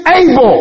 able